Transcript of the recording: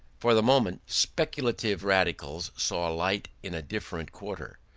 for the moment, speculative radicals saw light in a different quarter.